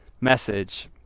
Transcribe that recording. message